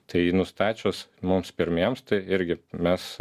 tai nustačius mums pirmiems tai irgi mes